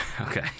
Okay